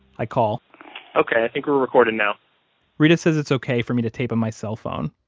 i call ok, i think we're recording now reta says it's ok for me to tape on my cell phone.